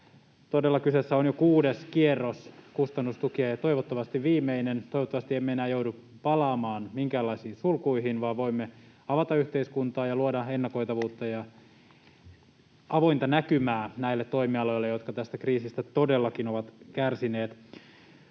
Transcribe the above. Todella kyseessä on jo kuudes kierros kustannustukea ja toivottavasti viimeinen. Toivottavasti emme enää joudu palaamaan minkäänlaisiin sulkuihin vaan voimme avata yhteiskuntaa ja luoda ennakoitavuutta ja avointa näkymää näille toimialoille, jotka tästä kriisistä todellakin ovat kärsineet.